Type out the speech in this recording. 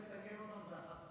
אם אתה רוצה לתקן אותן זה אחת-אחת.